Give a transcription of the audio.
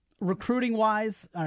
Recruiting-wise